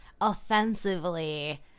offensively